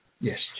Yes